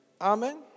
Amen